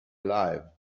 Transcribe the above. alive